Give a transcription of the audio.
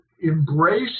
embrace